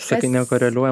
sakai nekoreliuoja